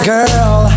girl